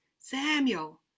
Samuel